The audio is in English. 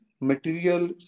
material